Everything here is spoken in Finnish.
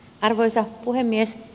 arvoisa puhemies